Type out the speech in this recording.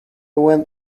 went